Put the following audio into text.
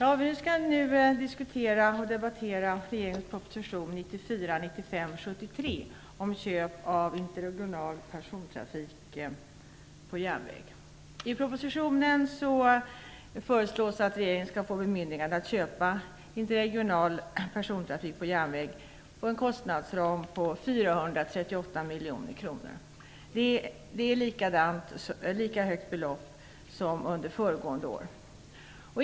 Fru talman! Vi skall nu debattera regeringens proposition 1994/95:73 om köp av interregional persontrafik på järnväg. Det är ett lika högt belopp som under föregående år.